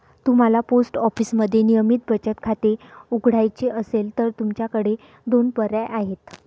तुम्हाला पोस्ट ऑफिसमध्ये नियमित बचत खाते उघडायचे असेल तर तुमच्याकडे दोन पर्याय आहेत